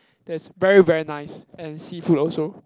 theat is very very nice and seafood also